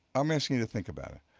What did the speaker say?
i'm asking you to think about it.